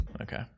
Okay